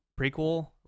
prequel